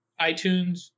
iTunes